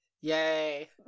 Yay